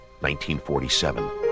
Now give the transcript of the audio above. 1947